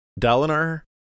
Dalinar